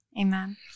Amen